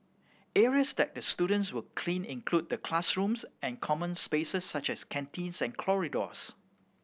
areas that the students will clean include the classrooms and common spaces such as canteens and corridors